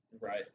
Right